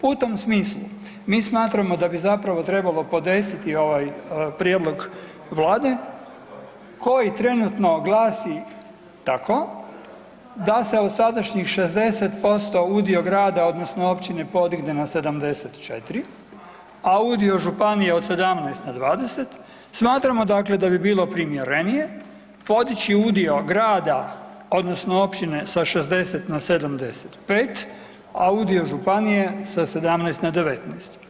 U tom smislu mi smatramo da bi zapravo trebalo podesiti ovaj prijedlog Vlade koji trenutno glasi tako da se od sadašnjih 60% udio grada odnosno općine podigne na 74, a udio od županija od 17 na 20, smatramo da bi bilo primjerenije podići udio grada odnosno općine sa 60 na 75, a udio županije sa 17 na 19.